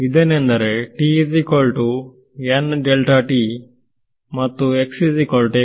ಇದೇನೆಂದರೆ ಮತ್ತು